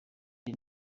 the